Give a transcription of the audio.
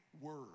word